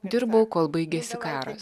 dirbau kol baigėsi karas